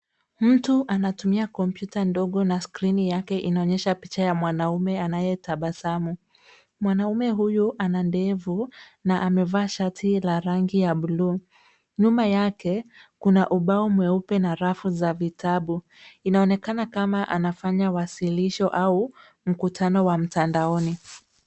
Mtu anatumia kompyuta ndogo, na skrini yake inaonyesha picha ya mwanaume anayetabasamu. Mwanaume huyu ana ndevu na amevaa shati la rangi ya buluu. Nyuma yake, kuna ubao mweupe na rafu za vitabu. Inaonekana kama anafanya wasilisho au mkutano wa mtandaoni.